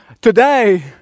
today